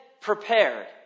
prepared